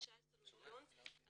אני